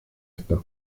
está